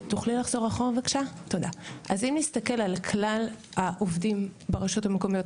אם נסתכל על כלל העובדים ברשויות המקומיות,